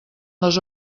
les